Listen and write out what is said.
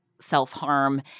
self-harm